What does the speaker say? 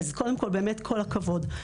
קודם כול, באמת כל הכבוד.